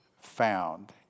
found